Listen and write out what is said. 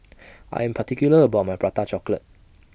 I Am particular about My Prata Chocolate